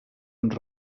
uns